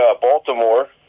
Baltimore